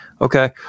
okay